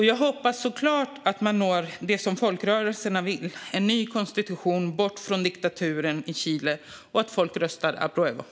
Jag hoppas såklart att man når det som folkrörelserna vill ha, en ny konstitution, och att folk röstar "apruebo" - bort från diktaturen i Chile!